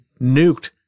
nuked